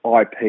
IP